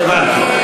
הבנתי.